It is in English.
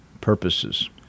purposes